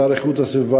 השר להגנת הסביבה,